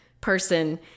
person